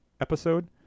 episode